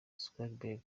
zuckerberg